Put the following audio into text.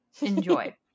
Enjoy